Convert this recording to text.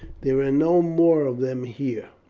there are no more of them here,